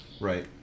right